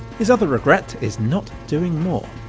his other regret is not doing more.